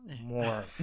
more